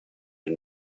and